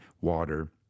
water